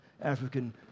African